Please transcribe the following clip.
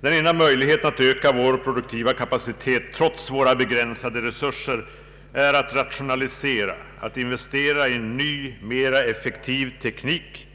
Den enda möjligheten att öka vår produktiva kapacitet är att rationalisera och att investera i ny, mera effektiv teknik.